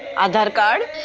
and show